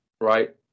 right